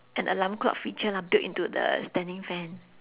an alarm clock feature lah built into the standing fan